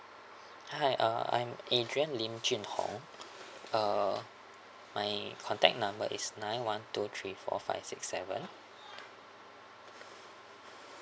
hi uh I'm A D R I A N L I M J U N H O N G uh my contact number is nine one two three four five six seven